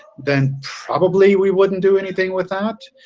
then probably we wouldn't do anything with that.